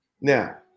Now